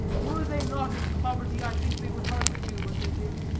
were they not in poverty, i think they would hardly do what they do.